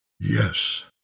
Yes